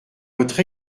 votre